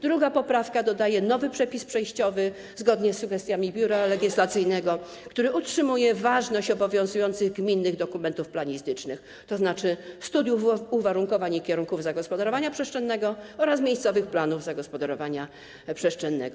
Druga poprawka dodaje nowy przepis przejściowy zgodnie z sugestiami Biura Legislacyjnego, który utrzymuje ważność obowiązujących gminnych dokumentów planistycznych, tzn. studiów uwarunkowań i kierunków zagospodarowania przestrzennego oraz miejscowych planów zagospodarowania przestrzennego.